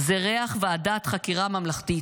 זה ריח ועדת חקירה ממלכתית.